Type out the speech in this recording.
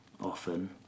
often